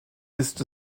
ist